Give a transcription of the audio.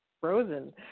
frozen